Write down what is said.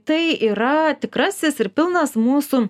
tai yra tikrasis ir pilnas mūsų